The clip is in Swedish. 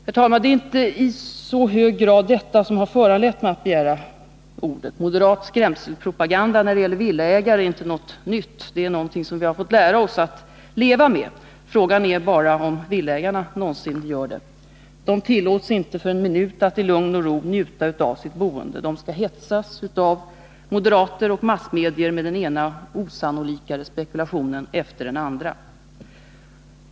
Det är emellertid inte i så hög grad detta som har föranlett mig att begära ordet. Moderat skrämselpropaganda när det gäller villaägare är inte något nytt — det är något som vi har fått lära oss att leva med. Frågan är bara om villaägarna någonsin lär sig att göra det. De tillåts inte för en minut att i lugn och ro njuta av sitt boende. De skall hetsas av moderater och massmedier med den ena osannolika spekulationen efter den andra.